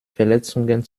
verletzungen